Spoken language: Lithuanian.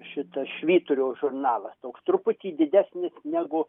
šitas švyturio žurnalas toks truputį didesnis negu